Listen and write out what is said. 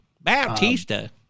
Bautista